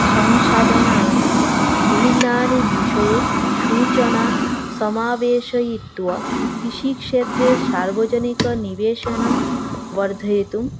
संशोधनाः विभिन्नानि विषये सूचना समावेशयित्वा कृषिक्षेत्रे सार्वजनिकनिवेशनं वर्धयितुं